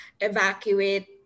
evacuate